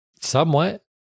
somewhat